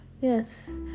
Yes